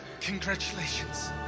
congratulations